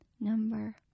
Number